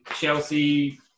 Chelsea